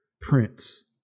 prints